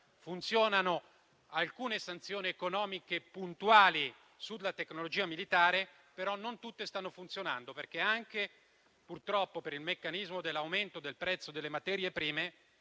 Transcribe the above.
funzionano (alcune sanzioni economiche puntuali sulla tecnologia militare), però non tutte stanno funzionando, anche perché purtroppo, per il meccanismo dell'aumento del prezzo delle materie prime,